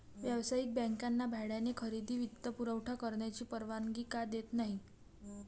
व्यावसायिक बँकांना भाड्याने खरेदी वित्तपुरवठा करण्याची परवानगी का देत नाही